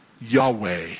Yahweh